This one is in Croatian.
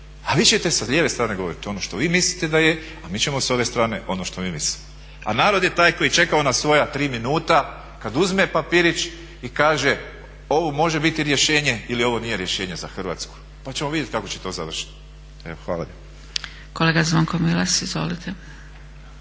A vi ćete sa lijeve strane govoriti ono što vi mislite da je, a mi ćemo s ove strane ono što mi mislimo, a narod je taj koji čeka na svoje tri minuta kada uzme papirić i kaže ovo može biti rješenje ili ovo nije rješenje za Hrvatsku, pa ćemo vidjeti kako će to završiti. Hvala